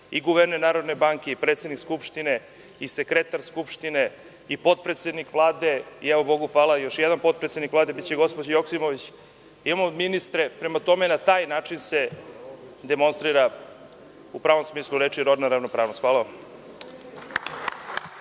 i guverner Narodne banke, i predsednik Skupštine, i sekretar Skupštine i potpredsednik Vlade. Bogu hvala, još jedan potpredsednik Vlade biće gospođa Joksimović. Imamo i ministre. Prema tome, na taj način se demonstrira u pravom smislu reči rodna ravnopravnost. Hvala vam.